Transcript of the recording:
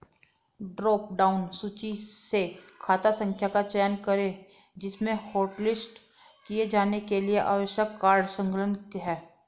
drop down सूची से खाता संख्या का चयन करें जिसमें हॉटलिस्ट किए जाने के लिए आवश्यक कार्ड संलग्न है